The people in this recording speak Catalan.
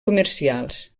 comercials